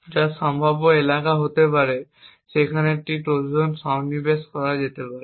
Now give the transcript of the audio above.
যা সম্ভাব্য এলাকা হতে পারে যেখানে একটি ট্রোজান সন্নিবেশ করা যেতে পারে